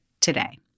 today